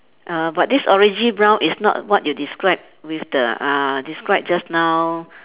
err but this orangey brown is not what you describe with the uh describe just now